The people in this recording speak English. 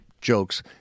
jokes